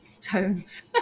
tones